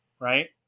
right